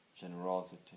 generosity